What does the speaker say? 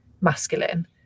masculine